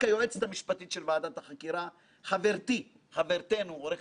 עמלה ללא לאות על מנת שלא תצא שגגה משפטית